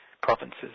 provinces